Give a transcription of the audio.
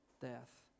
death